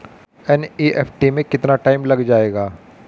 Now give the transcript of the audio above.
NEFT में कितना time लग जाएगा?